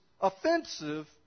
offensive